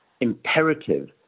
imperative